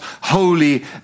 holy